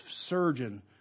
surgeon